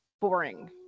boring